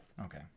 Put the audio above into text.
Okay